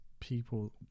people